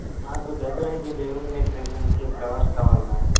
నాకు దసరాకి దేవుని డెకరేషన్స్కి ఫ్లవర్స్ కావాలి మ్యామ్